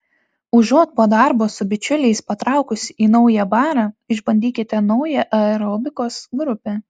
užuot po darbo su bičiuliais patraukusi į naują barą išbandykite naują aerobikos grupę